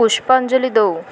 ପୁଷ୍ପାଞ୍ଜଲି ଦେଉ